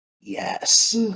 Yes